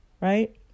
right